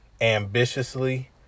ambitiously